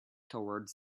towards